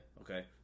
Okay